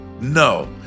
No